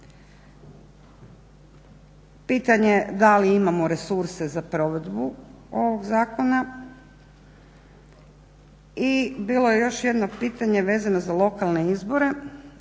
Pitanje da li imamo resurse za provedbu ovog zakona i bilo je još jedno pitanje vezano za lokalne izbore.